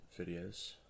videos